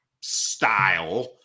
style